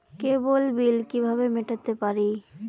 কেবল bill কিভাবে মেটাতে পারি?